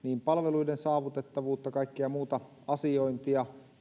palveluiden saavutettavuutta kuin kaikkea muuta asiointia